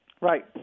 Right